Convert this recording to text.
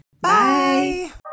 Bye